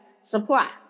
supply